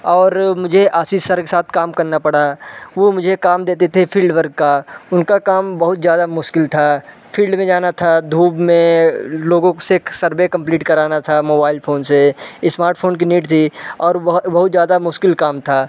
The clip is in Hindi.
और मुझे आशीष सर के साथ काम करना पड़ा वो मुझे काम देते थे फ़ील्ड वर्क का उनका काम बहुत ज़्यादा मुश्किल था फ़ील्ड में जाना था धूप में लोगों से एक सर्वे कंप्लीट कराना था मोबाइल फोन से स्मार्टफ़ोन की नीड थी और बहुत ज़्यादा मुश्किल काम था